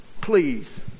Please